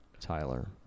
Tyler